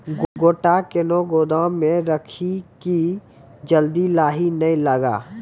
गोटा कैनो गोदाम मे रखी की जल्दी लाही नए लगा?